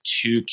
two